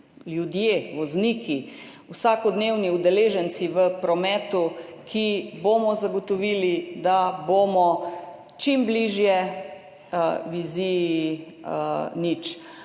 ljudje, vozniki, vsakodnevni udeleženci v prometu, ki bomo zagotovili, da bomo čim bližje viziji nič.